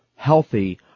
healthy